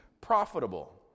profitable